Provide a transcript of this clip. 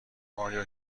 آیا